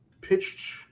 pitched